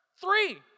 Three